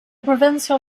provincial